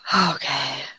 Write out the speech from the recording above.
Okay